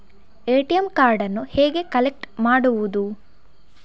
ATM ಕಾರ್ಡನ್ನು ಹೇಗೆ collect ಮಾಡುವುದು?